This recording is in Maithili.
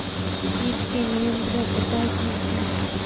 कीटके नियंत्रण उपाय कि छै?